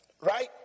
Right